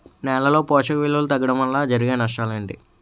నేలలో పోషక విలువలు తగ్గడం వల్ల జరిగే నష్టాలేంటి?